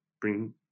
bring